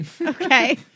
Okay